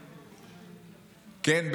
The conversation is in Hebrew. כן,